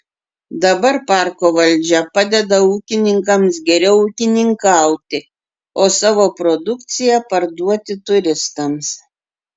dabar parko valdžia padeda ūkininkams geriau ūkininkauti o savo produkciją parduoti turistams